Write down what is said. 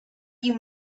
you